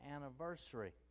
anniversary